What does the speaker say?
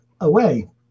away